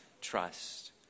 trust